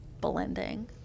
blending